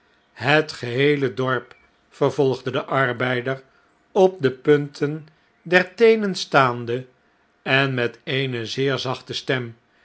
het geheele dorp vervolgde de arbeider op de punten der teenen staande en met eene zeer zachte stem